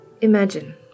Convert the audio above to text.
Imagine